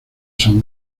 son